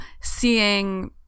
seeing